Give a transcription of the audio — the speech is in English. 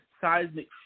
seismic